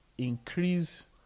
Increase